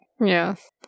Yes